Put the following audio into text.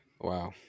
wow